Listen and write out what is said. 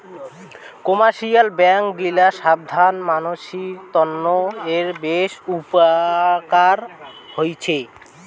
commercial bank গিলা সাধারণ মানসির তন্ন এ বেশ উপকার হৈছে